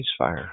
ceasefire